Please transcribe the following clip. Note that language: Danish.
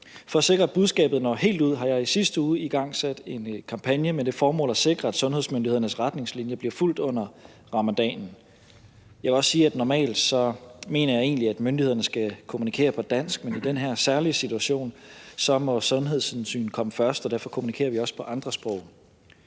For at sikre, at budskabet når helt ud, har jeg i sidste uge igangsat en kampagne med det formål at sikre, at sundhedsmyndighedernes retningslinjer bliver fulgt under ramadanen. Jeg vil også sige, at normalt mener jeg egentlig, at myndighederne skal kommunikere på dansk, men i den her særlige situation må sundhedshensyn komme først, og derfor kommunikerer vi også på andre sprog.